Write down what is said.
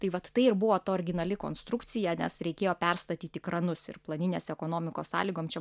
tai vat tai ir buvo ta originali konstrukcija nes reikėjo perstatyti kranus ir planinės ekonomikos sąlygom čia